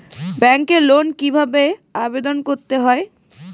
ব্যাংকে লোন কিভাবে আবেদন করতে হয়?